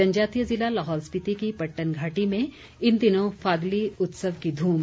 जनजातीय जिला लाहौल स्पिति की पट्टन घाटी में इन दिनों फागली उत्सव की धूम